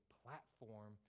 platform